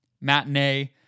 matinee